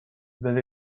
will